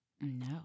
No